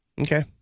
Okay